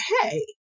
hey